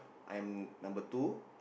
I'm number two